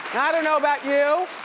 i don't know about you,